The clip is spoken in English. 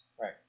Right